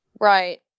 Right